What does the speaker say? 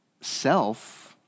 self